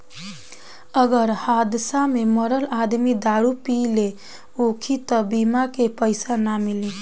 अगर हादसा में मरल आदमी दारू पिले होखी त बीमा के पइसा ना मिली